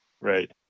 right